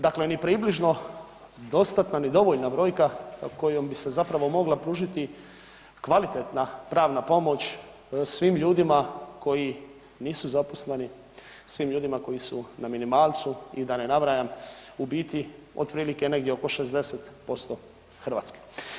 Dakle, ni približno dostatan i dovoljna brojka kojom bi se zapravo mogla pružiti kvalitetna pravna pomoć svim ljudima koji nisu zaposleni, svim ljudima koji su na minimalcu i da ne nabrajam, u biti, otprilike oko 60% Hrvatske.